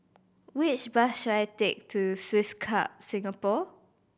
which bus should I take to Swiss Club Singapore